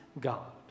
God